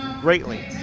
greatly